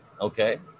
Okay